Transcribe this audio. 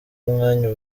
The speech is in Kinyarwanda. umwanya